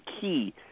key